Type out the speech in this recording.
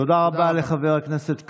תודה רבה לחבר הכנסת קרעי.